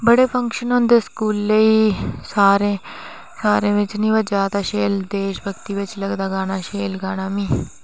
बड़े फंक्शन होंदे स्कूलै ई सारे बिच निं बाऽ देश भगती बिच लगदा गाना मी